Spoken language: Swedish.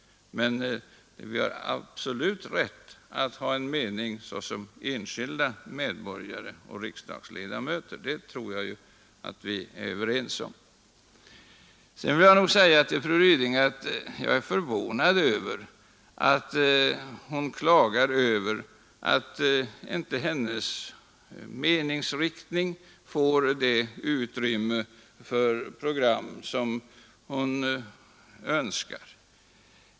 Men jag tror att vi är överens om att vi absolut har rätt att ha en mening som enskilda medborgare och riksdagsledamöter. Jag är förvånad över att fru Ryding klagar över att hennes meningsriktning inte får det utrymme i programmen som hon önskar.